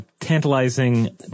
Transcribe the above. tantalizing